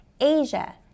Asia